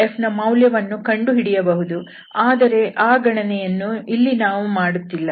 curlFನ ಮೌಲ್ಯವನ್ನು ಕಂಡುಹಿಡಿಯಬಹುದು ಆದರೆ ಆ ಗಣನೆಯನ್ನು ಇಲ್ಲಿ ನಾವು ಮಾಡುತ್ತಿಲ್ಲ